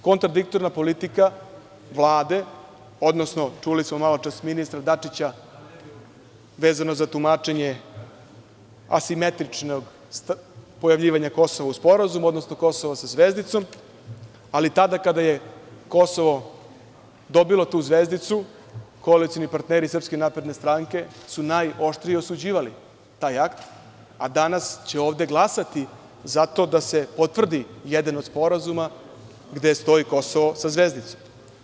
Kontradiktorna politika Vlade, odnosno, čuli smo malopre ministra Dačića vezano za tumačenje asimetričnog pojavljivanja Kosova u sporazumu, odnosno Kosova sa zvezdicom, ali tada kada je Kosovo dobilo tu zvezdicu koalicioni partneri SNS su najoštrije osuđivali taj akt, a danas će ovde glasati za to da se potvrdi jedan od sporazuma gde stoji Kosovo sa zvezdicom.